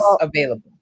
available